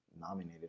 nominated